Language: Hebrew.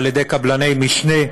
על ידי קבלני משנה.